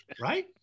Right